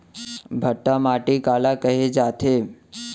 भांटा माटी काला कहे जाथे?